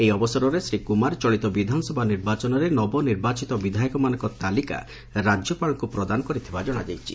ଏହି ଅବସରରେ ଶ୍ରୀ କୁମାର ଚଳିତ ବିଧାନସଭା ନିର୍ବାଚନରେ ନବନିର୍ବାଚିତ ବିଧାୟକମାନଙ୍କ ତାଲିକା ରାଜ୍ୟପାଳଙ୍କୁ ପ୍ରଦାନ କରିଥିବା ଜଶାଯାଇଛି